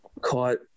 caught